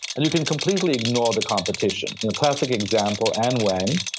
and you can completely ignore the competition. you know classic example, an wang,